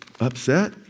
upset